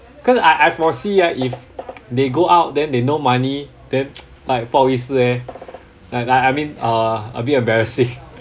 cause I I foresee ah if they go out then they no money then like 不好意思 eh like like I mean uh a bit embarrassing